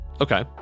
Okay